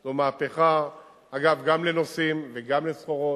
זו מהפכה, אגב, גם לנוסעים וגם לסחורות,